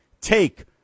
take